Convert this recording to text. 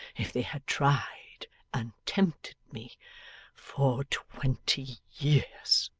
if they had tried and tempted me for twenty years